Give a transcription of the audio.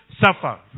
suffer